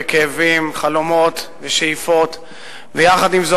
כיצד ובאיזו